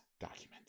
document